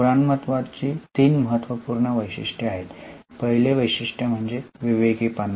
पुराणमतवाद ची तीन महत्त्वपूर्ण वैशिष्ट्ये आहेत पहिले वैशिष्ट्य म्हणजे विवेकी पणा